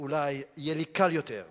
ואולי יהיה לי קל יותר לתקוף.